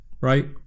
right